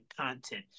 content